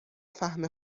فهم